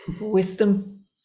wisdom